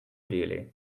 really